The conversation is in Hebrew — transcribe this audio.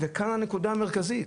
וכאן הנקודה המרכזית: